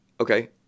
okay